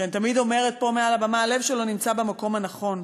שאני תמיד אומרת פה מעל הבמה: הלב שלו נמצא במקום הנכון.